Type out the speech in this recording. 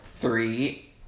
three